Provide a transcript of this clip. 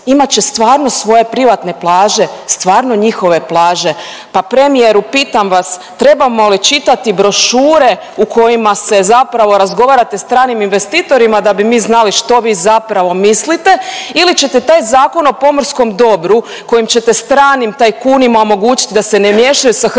će stvarno svoje privatne plaže, stvarno njihove plaže, pa premijeru pitam vas trebamo li čitati brošure u kojima se zapravo razgovarate sa stranim investitorima da bi mi znali što vi zapravo mislite ili ćete taj Zakon o pomorskom dobru kojim ćete stranim tajkunima omogućit da se ne miješaju sa hrvatskom